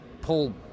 pull